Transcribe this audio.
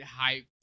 hyped